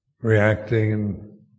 reacting